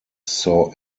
saw